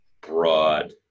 broad